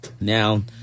now